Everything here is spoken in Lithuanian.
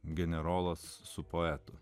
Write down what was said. generolas su poetu